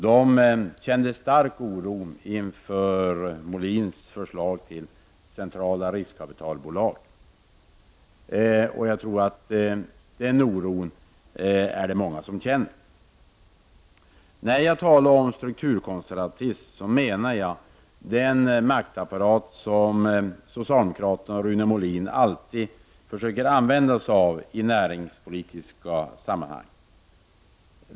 De kände stark oro inför Molins förslag till centrala riskkapitalbolag, och jag tror att den oron är det många som känner. När jag talar om strukturkonservatism, menar jag den maktapparat som socialdemokraterna och Rune Molin alltid försöker använda sig av i näringspolitiska sammanhang.